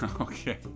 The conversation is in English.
Okay